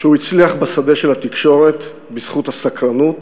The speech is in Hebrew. שהוא הצליח בשדה התקשורת בזכות הסקרנות,